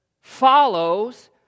follows